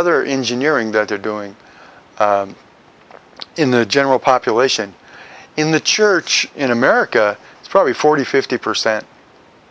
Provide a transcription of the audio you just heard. other engine earing that are doing in the general population in the church in america it's probably forty fifty percent